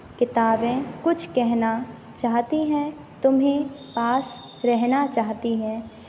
किताबें कुछ कहना चाहती हैं तुम्हें पास रहना चाहती हैं